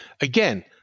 again